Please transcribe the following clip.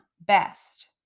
best